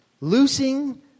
loosing